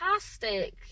Fantastic